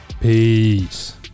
peace